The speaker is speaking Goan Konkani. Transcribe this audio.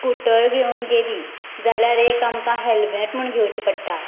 स्कुटर घेवून गेलीं जाल्यार एक आमकां हॅलमॅट म्हण घेवचें पडटा